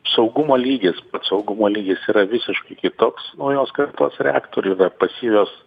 saugumo lygis saugumo lygis yra visiškai kitoks naujos kartos reaktorių yra pasyvios